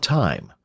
time